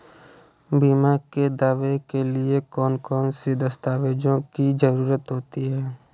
बीमा के दावे के लिए कौन कौन सी दस्तावेजों की जरूरत होती है?